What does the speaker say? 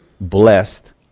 blessed